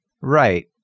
Right